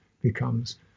becomes